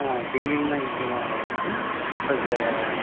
ஆமாம் பிகினிங்லேருந்தே எங்கள்கிட்ட தான் வளர்து ப்ளஸ்ஸு